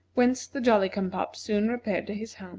whence the jolly-cum-pop soon repaired to his